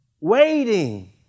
Waiting